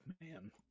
man